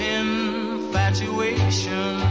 infatuation